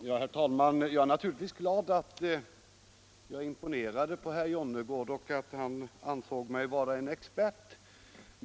Herr talman! Jag är naturligtvis glad över att jag imponerade på herr Jonnergård och att han ansåg mig vara en expert.